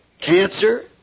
cancer